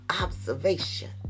observation